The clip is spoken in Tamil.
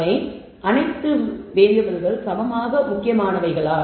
அவை அனைத்தும் வேரியபிள்கள் சமமாக முக்கியமானவைகளா